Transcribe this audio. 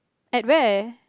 at where